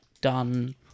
done